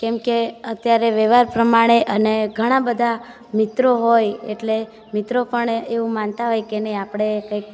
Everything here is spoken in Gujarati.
કેમકે અત્યારે વ્યવહાર પ્રમાણે અને ઘણાબધા મિત્રો હોય એટલે મિત્રો પણ એવું માનતા હોય કે નહીં આપણે કંઈક